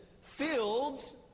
fields